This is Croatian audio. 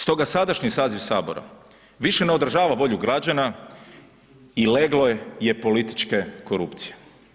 Stoga sadašnji saziv HS više ne odražava volju građana i leglo je političke korupcije.